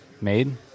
made